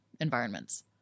environments